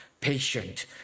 patient